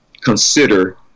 consider